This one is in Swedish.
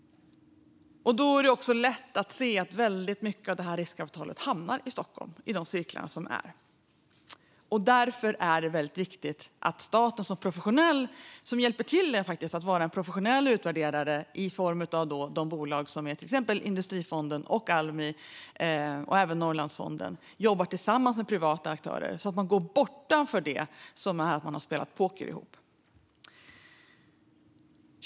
Då är det lätt att se att mycket av riskkapitalet hamnar i redan befintliga cirklar i Stockholm. Därför är det viktigt att staten hjälper till att vara professionell utvärderare med hjälp av Industrifonden, Almi och Norrlandsfonden genom att jobba tillsammans med privata aktörer men gå bortom det att ha spelat poker ihop.